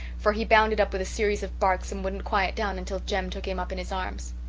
for he bounded up with a series of barks and wouldn't quiet down until jem took him up in his arms.